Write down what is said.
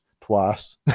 Twice